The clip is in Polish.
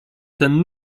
ten